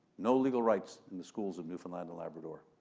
no legal rights in the schools of newfoundland and labrador.